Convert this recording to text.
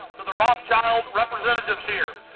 to the rothschild representative here,